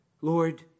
Lord